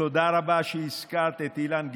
תודה רבה על שהזכרת את אילן גילאון.